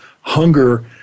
hunger